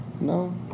No